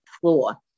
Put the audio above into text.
floor